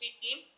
team